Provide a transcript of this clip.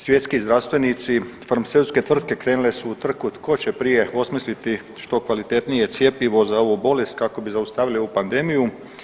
Svjetski zdravstvenici, farmaceutske tvrtke krenule su u trku tko će prije osmisliti što kvalitetnije cjepivo za ovu bolest kako bi zaustavili ovu pandemiju.